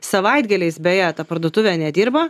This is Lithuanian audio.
savaitgaliais beje ta parduotuvė nedirba